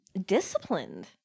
Disciplined